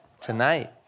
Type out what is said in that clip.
tonight